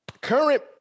Current